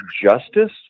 justice